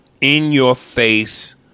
in-your-face